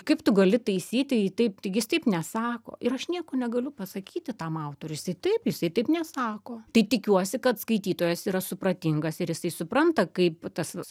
kaip tu gali taisyti jį taip taigi jis taip nesako ir aš nieko negaliu pasakyti tam autoriui jisai taip jisai taip nesako tai tikiuosi kad skaitytojas yra supratingas ir jisai supranta kaip tas